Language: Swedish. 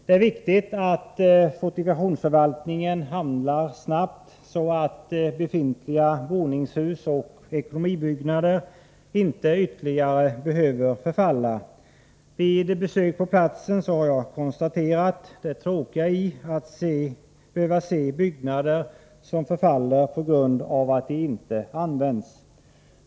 Det är viktigt att fortifikationsförvaltningen handlar snabbt, så att befintliga boningshus och ekonomibyggnader inte ytterligare behöver förfalla. Vid besök på platsen har jag konstaterat det tråkiga i att behöva se byggnader som förfaller på grund av att de inte används.